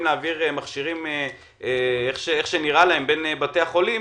להעביר מכשירים כפי שנראה להן בין בתי החולים,